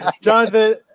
Jonathan